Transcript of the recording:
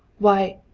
why,